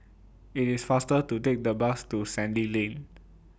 IT IS faster to Take The Bus to Sandy Lane